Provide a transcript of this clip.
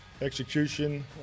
execution